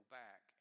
back